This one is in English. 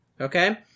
Okay